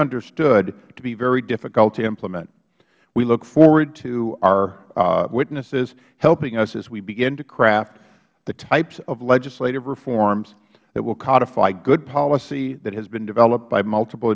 understood to be very difficult to implement we look forward to our witnesses helping us as we begin to craft the types of legislative reforms that will codify good policy that has been developed by multiple